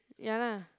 ya lah